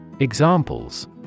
Examples